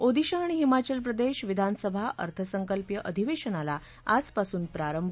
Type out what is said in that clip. ओदिशा आणि हिमाचल प्रदेश विधानसभा अर्थसंकल्पीय अधिवेशनाला आजपासून प्रारंभ